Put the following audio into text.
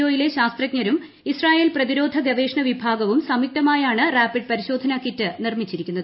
O യിലെ ശാസ്ത്രജ്ഞരും Israel പ്രതിരോധ ഗവേഷണ വിഭാഗവും സംയുക്തമായാണ് റാപിഡ് പരിശോധനകിറ്റ് നിർമിച്ചിരിക്കുന്നത്